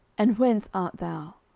and whence art thou?